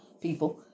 people